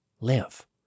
live